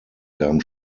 gaben